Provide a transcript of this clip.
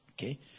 okay